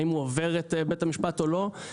האם הוא עובר את בית המשפט או לא.